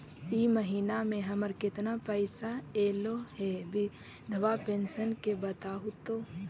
इ महिना मे हमर केतना पैसा ऐले हे बिधबा पेंसन के बताहु तो?